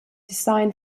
design